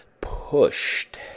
pushed